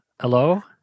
Hello